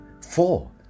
four